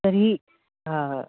तर्हि